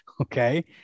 Okay